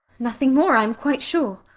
nothing more, i am quite sure.